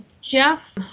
Jeff